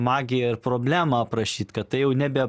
magija ir problemą aprašyt kad tai jau nebe